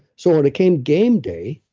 so, when it came game day